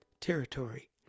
territory